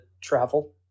travel